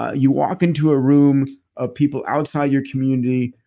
you walk into a room of people outside your community,